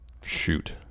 shoot